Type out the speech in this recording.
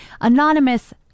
anonymous